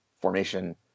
formation